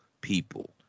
people